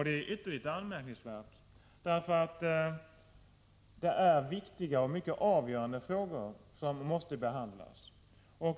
Det är ytterligt anmärkningsvärt — det är viktiga och mycket avgörande frågor som måste behandlas.